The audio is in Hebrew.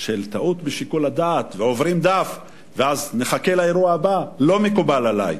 של טעות בשיקול הדעת ועוברים דף ואז נחכה לאירוע הבא לא מקובלת עלי,